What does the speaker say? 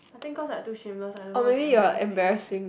I think because I am too shameless I don't know what is embarrassing